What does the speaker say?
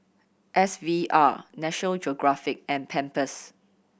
S V R National Geographic and Pampers